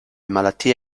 malattie